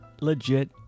legit